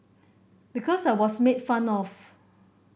because I was made fun of